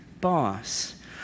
boss